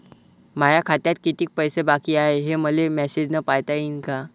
माया खात्यात कितीक पैसे बाकी हाय, हे मले मॅसेजन पायता येईन का?